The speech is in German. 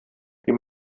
die